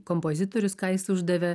kompozitorius ką jis uždavė